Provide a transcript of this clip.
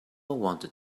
wanted